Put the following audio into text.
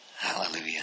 Hallelujah